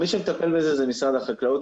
מי שמטפל בזה זה משרד החקלאות,